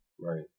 Right